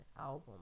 album